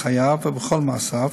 בחייו ובכל מעשיו,